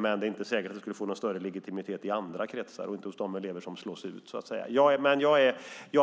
Men det är inte säkert att det skulle få någon större legitimitet i andra kretsar och hos de elever som slås ut. Jag